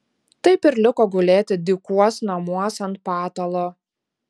taip ir liko gulėti dykuos namuos ant patalo